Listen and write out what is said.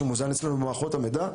שמוזן אצלנו במערכות המידע,